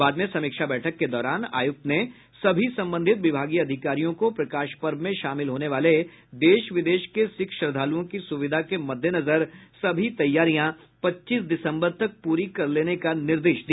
बाद में समीक्षा बैठक के दौरान आयुक्त ने सभी संबंधित विभागीय अधिकारियों को प्रकाश पर्व में शामिल होने वाले देश विदेश के सिख श्रद्धालुओं की सुविधा के मद्देनजर सभी तैयारियां पच्चीस दिसम्बर तक पूरी कर लेने का निर्देश दिया